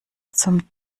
zum